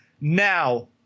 Now